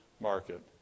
market